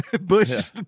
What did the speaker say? Bush